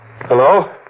Hello